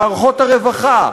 במערכות הרווחה,